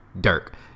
Dirk